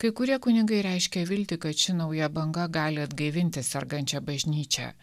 kai kurie kunigai reiškia viltį kad ši nauja banga gali atgaivinti sergančią bažnyčią